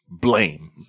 blame